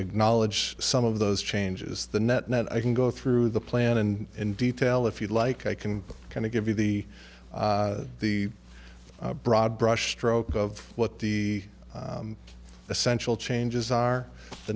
acknowledge some of those changes the net net i can go through the plan and in detail if you'd like i can kind of give you the the broad brushstroke of what the essential changes are the